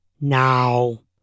Now